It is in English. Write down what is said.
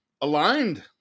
aligned